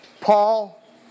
Paul